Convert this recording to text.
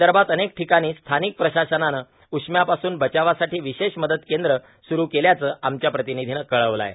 विदर्भात अनेक ठिकाणी स्थानिक प्रशासनानं उष्म्यापासून बचावासाठी विशेष मदत केंद्र सुरू केल्याचं आमच्या प्रतिनिधीनं कळवलं आहे